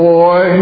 boy